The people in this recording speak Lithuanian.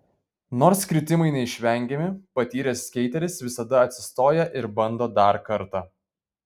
nors kritimai neišvengiami patyręs skeiteris visada atsistoja ir bando dar kartą